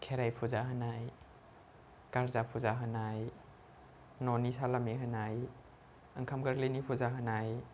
खेराइ फुजा होनाय गार्जा फुजा होनाय न'नि सालामि होनाय ओंखाम गोरलैनि फुजा होनाय